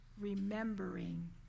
remembering